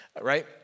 Right